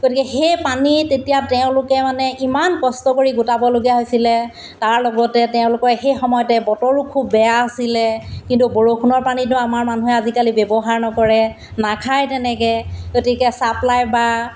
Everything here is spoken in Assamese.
গতিকে সেই পানী তেতিয়া তেওঁলোকে মানে ইমান কষ্ট কৰি গোটাবলগীয়া হৈছিলে তাৰ লগতে তেওঁলোকৰ সেই সময়তে বতৰো খুব বেয়া আছিলে কিন্তু বৰষুণৰ পানীটো আমাৰ মানুহে আজিকালি ব্যৱহাৰ নকৰে নাখায় তেনেকৈ গতিকে চাপ্লাই বা